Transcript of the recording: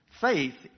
faith